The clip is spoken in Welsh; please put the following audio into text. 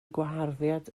gwaharddiad